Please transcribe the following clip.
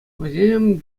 вӗсем